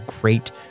great